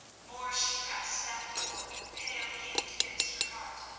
more, she pressed that poor, pale hand against her heart.